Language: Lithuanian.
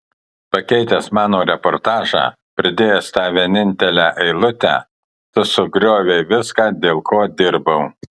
pakeitęs mano reportažą pridėjęs tą vienintelę eilutę tu sugriovei viską dėl ko dirbau